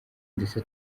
ndetse